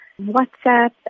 WhatsApp